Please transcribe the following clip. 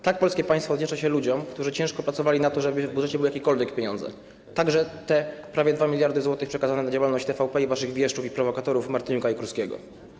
Tak polskie państwo odwdzięcza się ludziom, którzy ciężko pracowali na to, żeby w budżecie były jakiekolwiek pieniądze, także prawie 2 mld zł przekazane na działalność TVP oraz waszych wieszczów i prowokatorów: Martyniuka i Kurskiego.